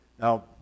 Now